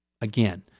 Again